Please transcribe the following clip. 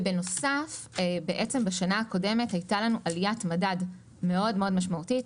בנוסף בשנה הקודמת הייתה לנו עליית מדד מאוד מאוד משמעותית.